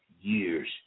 years